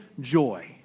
Joy